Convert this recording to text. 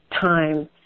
time